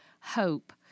hope